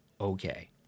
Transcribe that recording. Okay